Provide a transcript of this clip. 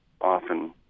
often